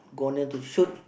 gonna to shoot